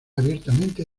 abiertamente